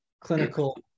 clinical